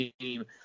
team